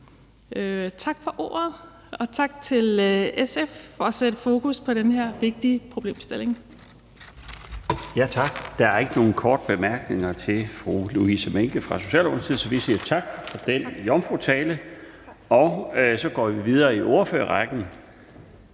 Tak for ordet, og tak til SF for at sætte fokus på den her vigtige problemstilling. Kl. 20:56 Den fg. formand (Bjarne Laustsen): Tak. Der er ikke nogen korte bemærkninger til fru Louise Mehnke fra Socialdemokratiet. Vi siger tak for den jomfrutale, og så går vi videre i ordførerrækken